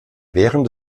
während